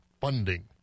funding